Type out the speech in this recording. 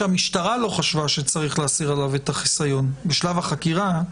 שהמשטרה לא חשבה שצריך להסיר ממנו את החיסיון בשלב החקירה,